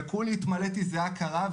וכולי התמלאתי זיעה קרה,